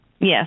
Yes